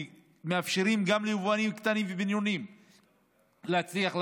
ומאפשרים גם ליבואנים קטנים ובינוניים להצליח להביא.